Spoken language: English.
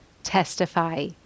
testify